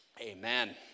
Amen